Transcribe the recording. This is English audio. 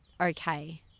okay